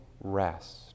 rest